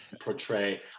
portray